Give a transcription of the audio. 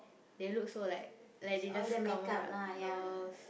they look so like like they just come out from house